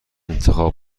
انتخاب